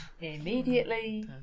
Immediately